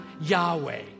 Yahweh